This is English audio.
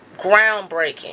groundbreaking